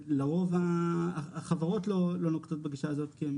לרוב החברות לא נוקטות בגישה הזאת כי הן